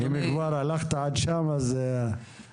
אדוני --- אם כבר הלכת עד שם אז אוקיי.